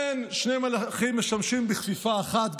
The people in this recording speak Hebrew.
אין שני מלכים משמשים בכפיפה אחת,